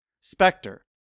Spectre